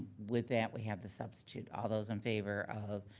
with that we have the substitute. all those in favor of